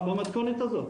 כי במתכונת הזו,